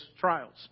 trials